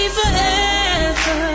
forever